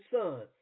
son